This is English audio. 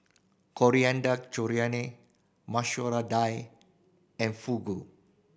Coriander Chutney Masoor Dal and Fugu